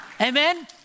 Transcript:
Amen